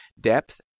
depth